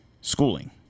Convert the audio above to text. schooling